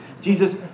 Jesus